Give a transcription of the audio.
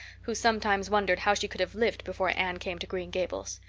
who sometimes wondered how she could have lived before anne came to green gables,